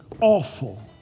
awful